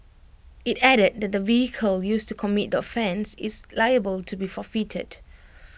IT added that the vehicle used to commit the offence is liable to be forfeited